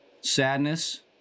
sadness